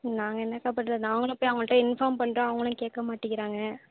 நாங்கள் என்னக்கா பண்ணுறது நாங்களும் போய் அவங்கள்ட்ட இன்ஃபார்ம் பண்ணுறோம் அவங்களும் கேட்க மாட்டேங்கிறாங்க